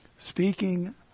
Speaking